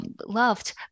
loved